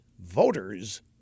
Voters